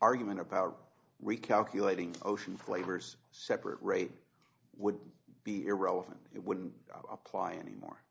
argument about recalculating ocean flavors separate rate would be irrelevant it wouldn't apply any more